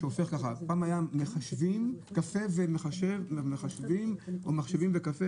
פעם היו חנויות של קפה ומחשבים או מחשבים וקפה,